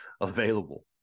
available